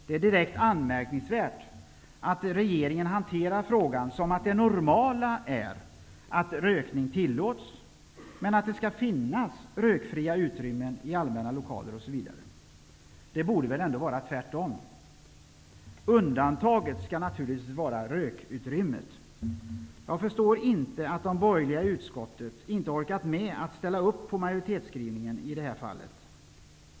Det är direkt anmärkningsvärt att regeringen hanterar frågan som om det normala är att rökning tillåts, men att det skall finnas rökfria utrymmen i allmänna lokaler osv. Det borde väl ändå vara tvärtom! Undantaget skall naturligtvis vara rökutrymmet. Jag förstår inte att de borgerliga i utskottet inte orkat med att ställa upp på majoritetsskrivningen i detta fall.